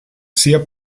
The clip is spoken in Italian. sia